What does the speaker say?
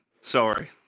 sorry